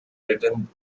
written